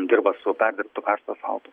dirba su perdirbtu karštu asfaltu